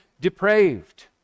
depraved